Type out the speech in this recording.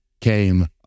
came